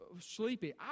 Sleepy